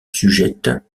sujettes